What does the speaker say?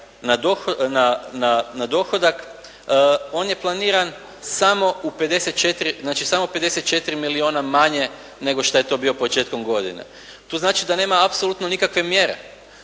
na dohodak on je planiran samo u 54, znači samo 54 milijuna manje nego što je to bio početkom godine. To znači da nema apsolutno nikakve mjere.